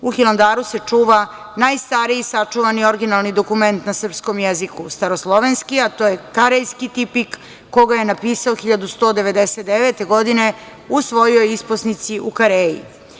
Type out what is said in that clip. U Hilandaru se čuva najstariji sačuvani originalni dokument na srpskom jeziku, staroslovenski, a to je Karejski tipik koga je napisao 1199. godine u svojoj isposnici u Kareji.